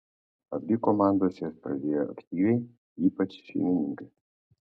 abi komandos jas pradėjo aktyviai ypač šeimininkai